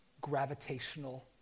gravitational